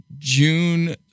June